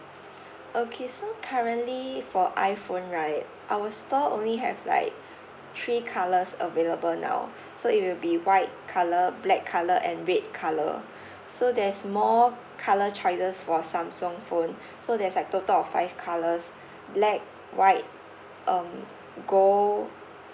okay so currently for iPhone right our store only have like three colours available now so it will be white color black color and red color so there's more color choices for Samsung phone so there's like total of five colours black white um gold